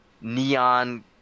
Neon